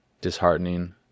disheartening